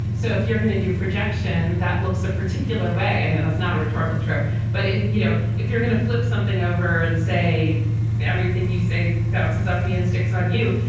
so if you're gonna do projection, that looks a particular way. i know that's not a rhetorical trope, but if you know, if you're gonna flip something over and say everything you say bounces off me and sticks on you,